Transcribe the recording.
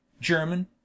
German